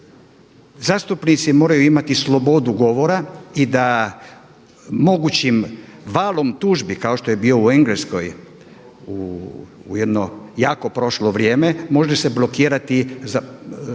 zastupnici moraju imati slobodu govora i da mogućim valom tužbi kao što je bio u Engleskoj u jedno jako prošlo vrijeme može se blokirati čak